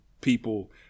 people